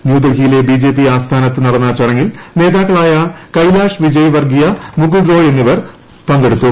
ന്യൂഡൽഹിയിലെ ബിജെപി ആസ്ഥാനത്തു നടന്ന ചടങ്ങിൽ നേതാക്കളായ കൈലാഷ് വിജയ്വർഗ്ഗിയ മുകുൾ റോയ് എന്നിവർ പങ്കെടുത്തു